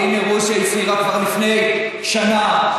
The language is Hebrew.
אם רוסיה הכירה כבר לפני שנה,